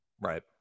Right